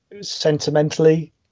sentimentally